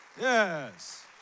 Yes